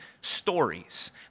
stories